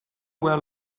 where